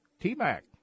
T-Mac